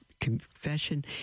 confession